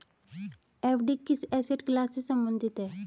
FD किस asset class से संबंधित है?